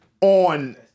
on